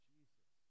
Jesus